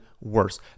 worse